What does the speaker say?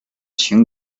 情况